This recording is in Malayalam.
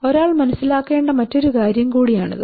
ഒരാൾ മനസ്സിലാക്കേണ്ട മറ്റൊരു കാര്യം കൂടിയാണിത്